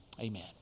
amen